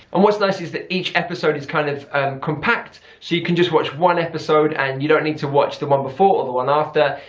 and what's nice is that each episode is kind of compact so you can just watch one episode and you don't need to watch the one before or the one after.